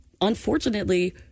unfortunately